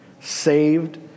saved